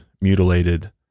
mutilated